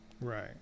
right